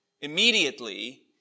immediately